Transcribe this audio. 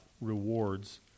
rewards